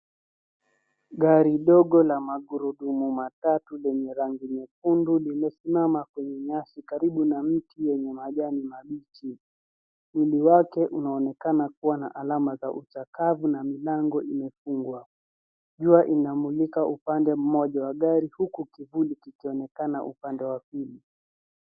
Gari ndogo la magurudumu matatu lenye rangi nyekundu limesimama kwenye nyasi karibu na mti wenye majani mabichi. Mwili wake unaonekana kuwa na alama za uchakavu na milango imefungwa. Jua inamulika upande mmoja wa gari huku kivuli kikionekana upande wa pili.